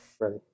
Ready